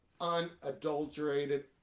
unadulterated